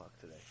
today